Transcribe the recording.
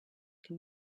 can